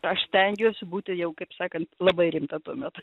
aš stengiuosi būti jau kaip sakant labai rimta tuomet